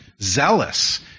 Zealous